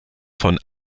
von